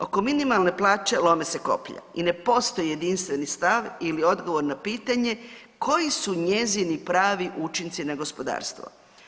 Oko minimalne plaće lome se koplja i ne postoji jedinstveni stav ili odgovor na pitanje koji su njezini pravi učinci na gospodarstvo.